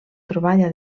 troballa